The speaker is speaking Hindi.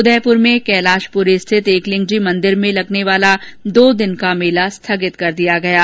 उदयपुर में कैलाशपुरी स्थित एकलिंगजी मंदिर में लगने वाला दो दिवसीय मेला स्थगित कर दिया गया है